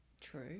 True